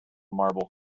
marble